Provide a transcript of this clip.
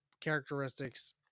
characteristics